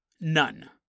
None